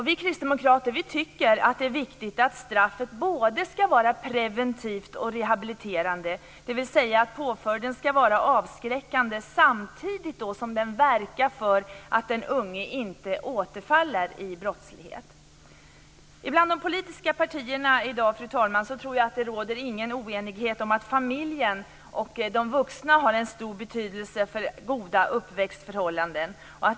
Vi kristdemokrater tycker att det är viktigt att straffet både ska vara preventivt och rehabiliterande, dvs. att påföljden ska vara avskräckande samtidigt som den verkar för att den unge inte återfaller i brottslighet. Fru talman! Jag tror inte att det råder någon oenighet bland de politiska partierna i dag om att familjen och de vuxna har en stor betydelse för goda uppväxtförhållanden.